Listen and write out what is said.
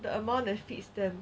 the amount that fit's them